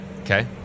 Okay